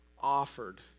offered